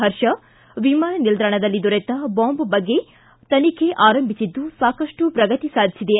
ಹರ್ಷ ವಿಮಾನ ನಿಲ್ದಾಣದಲ್ಲಿ ದೊರೆತ ಬಾಂಬ್ ಬಗ್ಗೆ ತನಿಖೆ ಆರಂಭಿಸಿದ್ದು ಸಾಕಷ್ಟು ಪ್ರಗತಿ ಸಾಧಿಸಿದೆ